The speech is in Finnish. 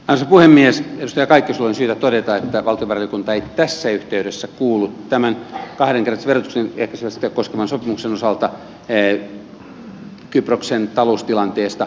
edustaja kaikkoselle on syytä todeta että valtiovarainvaliokunta ei tässä yhteydessä kuullut tämän kahdenkertaisen verotuksen ehkäisemistä koskevan sopimuksen osalta kyproksen taloustilanteesta